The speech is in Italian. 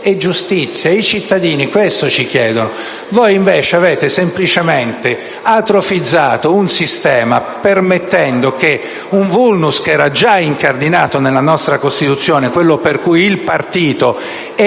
giustizia. I cittadini ci chiedono questo. Voi invece avete semplicemente atrofizzato un sistema, permettendo un *vulnus* che era già incardinato nella nostra Costituzione, quello per cui il partito è